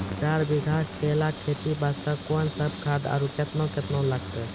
चार बीघा केला खेती वास्ते कोंन सब खाद आरु केतना केतना लगतै?